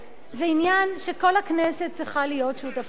זה עניין שכל הכנסת צריכה להיות שותפה לו.